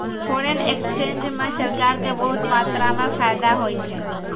foreign exchange म सरकार क बहुत मात्रा म फायदा होय छै